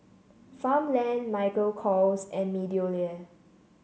Farmland Michael Kors and MeadowLea